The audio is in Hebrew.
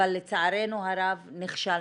אבל לצערנו הרב נכשלנו,